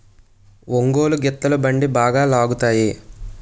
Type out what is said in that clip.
ఒంగోలు గిత్తలు బండి బాగా లాగుతాయి